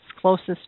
closest